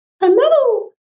hello